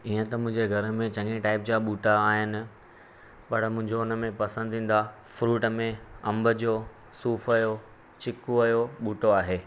ईअं त मुंहिंजे घर में चङे टाइप जा ॿूटा आहिनि पर मुंहिंजो हुन में पसंदीदा फ्रूट में अंब जो सूफ़ जो चीकू जो ॿूटो आहे